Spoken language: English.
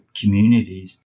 communities